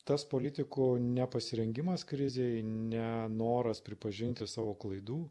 tas politikų nepasirengimas krizei nenoras pripažinti savo klaidų